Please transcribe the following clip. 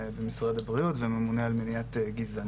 במשרד הבריאות ואני גם הממונה על מניעת גזענות.